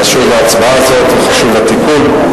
חשובה ההצבעה הזאת, וחשוב התיקון.